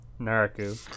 Naraku